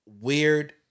weird